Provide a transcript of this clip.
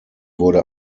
wurde